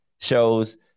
shows